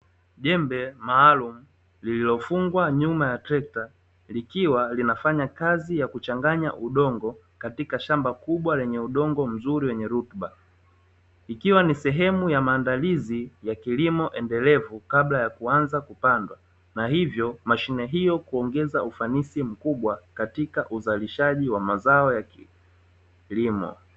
Jembe maalumu lililofungwa nyuma ya trekta, likiwa linafanya kazi ya kuchanganya udongo katika shamba kubwa, lenye udongo mzuri wenye rutuba, ikiwa ni sehemu ya maandalizi ya kilimo endelevu kabla ya kupanda na hivyo mashine hii uongeza ufanisi mkubwa katika uzalishaji wa mazao yakilimo.